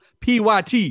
PYT